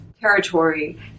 territory